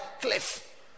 cliff